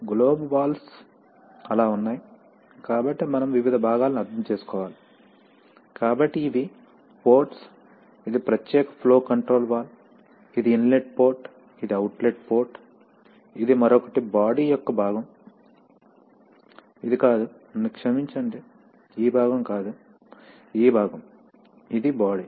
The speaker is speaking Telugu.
గ్లోబ్ వాల్వ్స్ అలా ఉన్నాయి కాబట్టి మనం వివిధ భాగాలను అర్థం చేసుకోవాలి కాబట్టి ఇవి పోర్ట్స్ ఇది ప్రత్యేక ఫ్లో కంట్రోల్ వాల్వ్ ఇది ఇన్లెట్ పోర్ట్ ఇది అవుట్లెట్ పోర్ట్ ఇది మరొకటి బాడీ యొక్క భాగం ఇది కాదు నన్ను క్షమించండి ఈ భాగం కాదు ఈ భాగం ఇది బాడీ